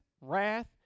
wrath